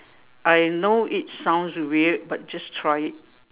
I know it sounds weird but just try it